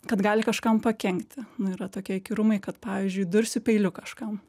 kad gali kažkam pakenkti nu yra tokie įkyrumai kad pavyzdžiui dursiu peiliu kažkam